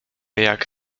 jak